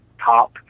top